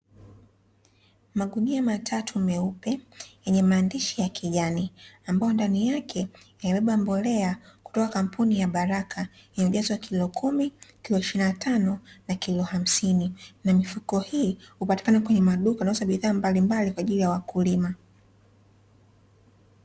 Magunia matatu meupe yenye maandishi ya kijani ambayo ndani yake yamebeba mbolea kutoka kampuni ya Baraka, imejazwa kilo kumi, ishirini na tano na kilo hamsini na mifuko hii hupatikana kwenye maduka yanayouza bidhaa mbalimbali kwa ajili ya wakulima.